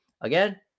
again